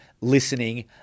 listening